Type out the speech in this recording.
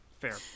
fair